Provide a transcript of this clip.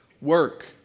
work